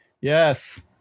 Yes